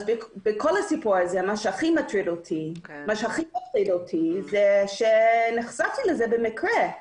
אז בכל הסיפור הזה מה שהכי מטריד אותי זה שנחשפתי לזה במקרה.